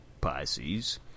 Pisces